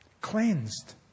cleansed